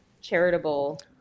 charitable